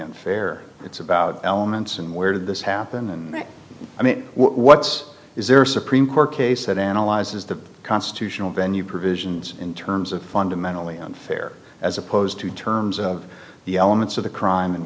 unfair it's about elements and where did this happen and i mean what's is there a supreme court case that analyzes the constitutional venue provisions in terms of fundamentally unfair as opposed to terms of the elements of the crime and